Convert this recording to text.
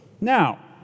Now